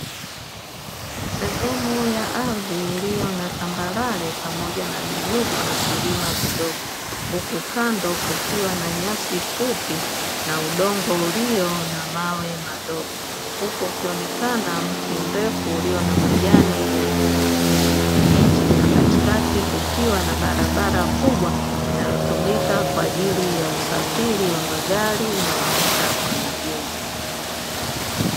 Sehemu ya ardhi iliyo na tambarare pamoja na miinuko na vilima vidogo huku kando kukiwa na nyasi fupi na udongo ulio na mawe madogo, huku ukionekana mti mrefu ulio na majani ya kijani kibichi na katikati kukiwa na barabara kubwa inayotumika kwa ajili ya usafiri wa magari na waenda kwa miguu.